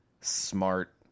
smart